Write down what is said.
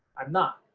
i'm not.